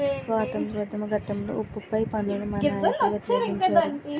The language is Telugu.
స్వాతంత్రోద్యమ ఘట్టంలో ఉప్పు పై పన్నును మన నాయకులు వ్యతిరేకించారు